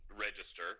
register